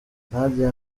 nadia